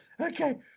Okay